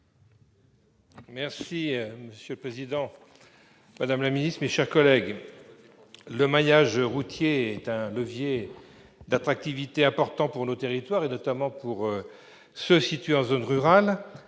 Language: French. Monsieur le président, madame la ministre, mes chers collègues, le maillage routier est un levier d'attractivité important pour nos territoires, notamment pour ceux qui sont situés en zone rurale.